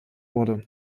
wurde